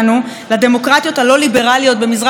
במזרח אירופה ולרודנים מושחתים,